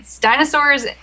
Dinosaurs